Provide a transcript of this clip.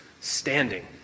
standing